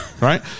right